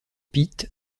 pitt